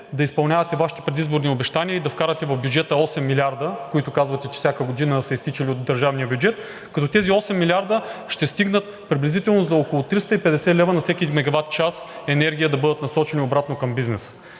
да изпълнявате Вашите предизборни обещания и да вкарате в бюджета 8 милиарда, които казвате, че всяка година са изтичали от държавния бюджет, като тези 8 милиарда ще стигнат приблизително за около 350 лв. на всеки мегаватчас енергия да бъдат насочени обратно към бизнеса.